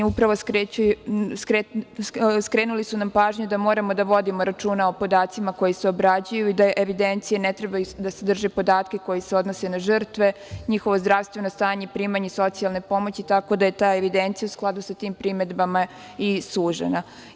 Skrenuli su nam pažnju da moramo da vodimo računa o podacima koji se obrađuju i da evidencije ne treba da sadrže podatke koje se odnose na žrtve, njihovo zdravstveno stanje, primanje socijalne pomoći, tako da je ta evidencija, u skladu sa tim primedbama, i sužena.